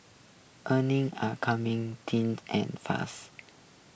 earnings are coming tin and fast